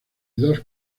dos